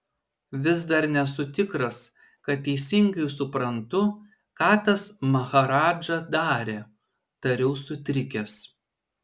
vis dar nesu tikras kad teisingai suprantu ką tas maharadža darė tariau sutrikęs